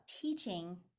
teaching